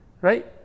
right